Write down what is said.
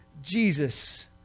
Jesus